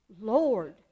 Lord